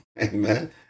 Amen